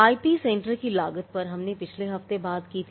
IP centre की लागत पर हमने पहले ही पिछले हफ़्ते बात की थी